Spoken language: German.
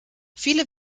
viele